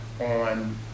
on